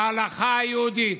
בהלכה היהודית.